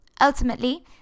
Ultimately